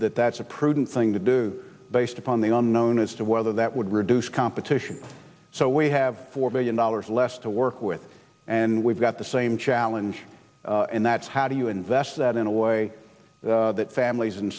that that's a prudent thing to do based upon the on known as to whether that would reduce competition so we have four billion dollars less to work with and we've got the same challenge and that's how do you invest that in a way that families